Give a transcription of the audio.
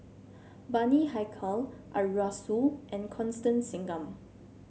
Bani Haykal Arasu and Constance Singam